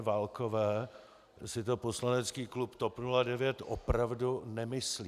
Válkové si to poslanecký klub TOP 09 opravdu nemyslí.